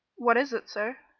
what is it, sir?